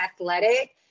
athletic